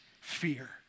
fear